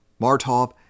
Martov